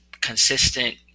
consistent